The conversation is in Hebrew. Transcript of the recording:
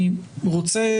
אני רוצה,